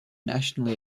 nationally